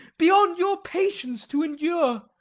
beyond your patience to endure.